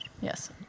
Yes